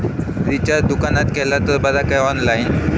Recharge दुकानात केला तर बरा की ऑनलाइन?